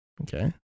okay